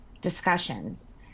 discussions